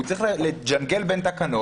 הוא צריך לג'נגל בין תקנות,